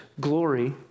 glory